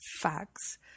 facts